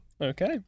Okay